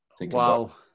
Wow